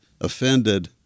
offended